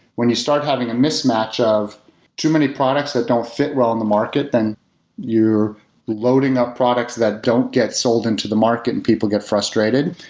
when you start having a mismatch of too many products that don't fit well in the market, then you're loading up products that don't get sold into the market and people get frustrated.